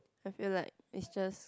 I feel like mistress